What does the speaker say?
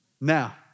Now